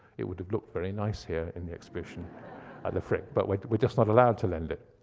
it would have looked very nice here in the exhibition at the frick. but like we're just not allowed to lend it.